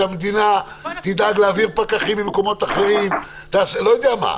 שהמדינה תדאג להעביר פקחים ממקומות אחרים או אני לא-יודע-מה,